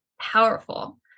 powerful